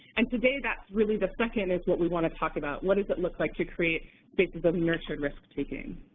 and today that's really the second is what we want to talk about what does it look like to create spaces of nurtured risk taking.